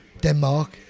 Denmark